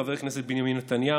חה"כ בנימין נתניהו,